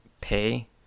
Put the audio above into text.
pay